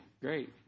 great